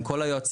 עם כל היועצים.